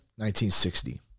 1960